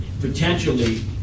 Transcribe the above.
Potentially